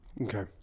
Okay